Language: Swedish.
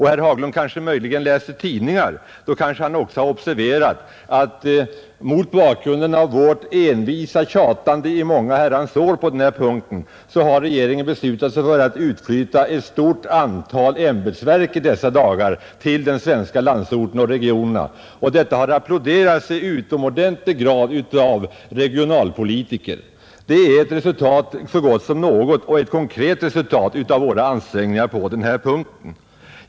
Herr Haglund kanske läser tidningarna; i så fall bör han ha observerat att regeringen mot bakgrunden av vårt envisa tjatande i många herrans år på denna punkt i dessa dagar beslutat sig för att flytta ut ett stort antal ämbetsverk till landsorten och regionerna. Detta har mycket starkt applåderats av alla regionalpolitiker. Detta är ett resultat så gott som något och ett konkret resultat av våra ansträngningar på denna punkt.